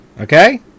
Okay